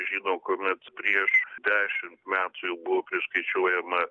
visi žino kuomet prieš dešimt metų jau buvo priskaičiuojama